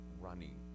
running